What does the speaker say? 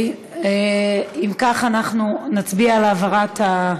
אם כך, אנחנו נצביע על העברת,